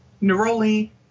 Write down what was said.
neroli